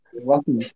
Welcome